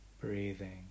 breathing